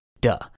Duh